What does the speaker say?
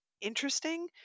interesting